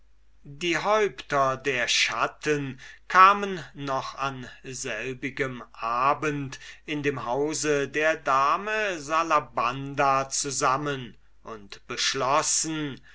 die häupter der schatten kamen noch an selbigem abend in dem hause der dame salabanda zusammen und beschlossen